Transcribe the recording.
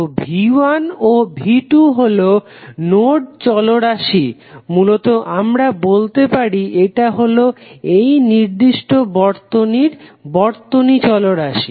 তো V1 ও V2 হলো নোড চলরাশি মূলত আমরা বলতে পারি এটা হলো এই নির্দিষ্ট বর্তনীর বর্তনী চলরাশি